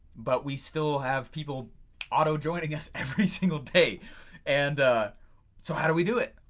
but we still have people auto-joining us every single day and so how do we do it?